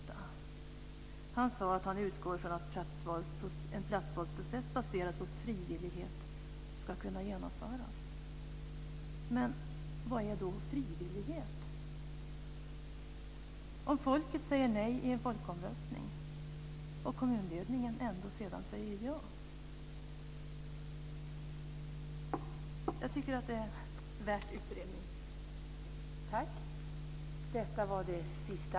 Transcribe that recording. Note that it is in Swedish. Ministern sade att han utgår från att en platsvalsprocess baserad på frivillighet ska kunna genomföras. Men vad är då frivillighet, om folket säger nej i en folkomröstning och kommunledningen ändå sedan säger ja?